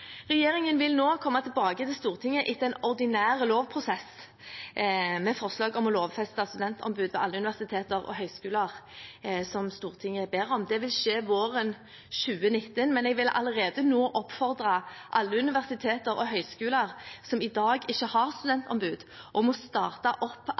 Regjeringen vil nå komme tilbake til Stortinget etter en ordinær lovprosess med forslag om å lovfeste studentombud ved alle universiteter og høyskoler, som Stortinget ber om. Det vil skje våren 2019, men jeg vil allerede nå oppfordre alle universiteter og høyskoler som i dag ikke har studentombud, om å starte opp